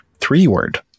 three-word